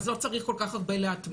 אז לא צריך כל כך הרבה להטמיע.